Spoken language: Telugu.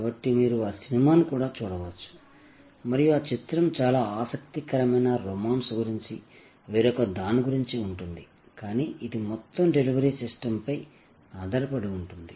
కాబట్టి మీరు ఆ సినిమాను కూడా చూడవచ్చు మరియు ఆ చిత్రం చాలా ఆసక్తికరమైన రొమాన్స్ గురించి వేరొక దాని గురించి ఉంటుంది కానీ ఇది మొత్తం డెలివరీ సిస్టమ్పై ఆధారపడి ఉంటుంది